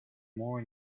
more